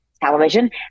television